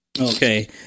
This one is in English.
Okay